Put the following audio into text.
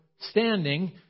standing